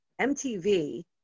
MTV